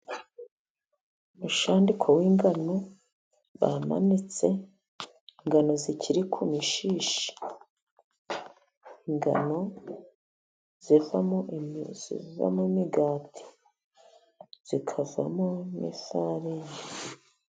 Umushandiko w'ingano bamanitse, ingano zikiri ku mishishi. Ingano zivamo imigati, zikavamo n'ifarini.